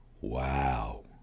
WOW